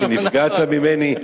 כי נפגעת ממני,